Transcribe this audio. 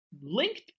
linked